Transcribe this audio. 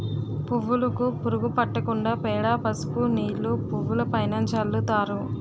పువ్వులుకు పురుగు పట్టకుండా పేడ, పసుపు నీళ్లు పువ్వులుపైన చల్లుతారు